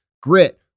Grit